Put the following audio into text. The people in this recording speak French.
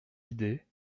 idée